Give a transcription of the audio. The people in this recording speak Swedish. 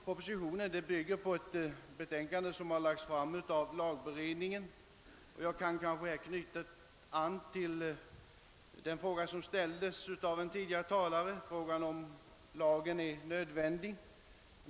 Propositionsförslaget bygger på ett betänkande som lagts fram av lagberedningen. Jag kan kanske här knyta an till den fråga som ställdes av en tidigare talare, d.v.s. huruvida lagen är nödvändig.